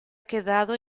quedado